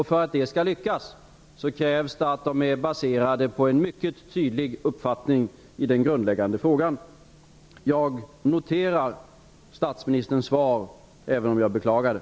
För att det skall lyckas krävs det att de är baserade på en mycket tydlig uppfattning i den grundläggande frågan. Jag noterar statsministerns svar, även om jag beklagar det.